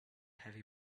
heavy